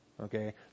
okay